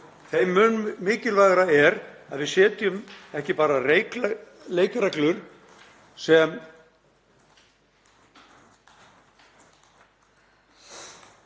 Þeim mun mikilvægara er að við setjum ekki bara leikreglur sem